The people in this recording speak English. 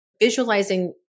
visualizing